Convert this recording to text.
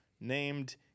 named